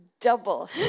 double